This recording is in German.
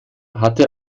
hatte